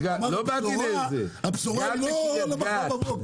-- הבשורה לא מחר בבוקר.